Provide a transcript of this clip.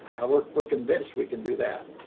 we're we're convinced we can do that.